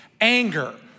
anger